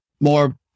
more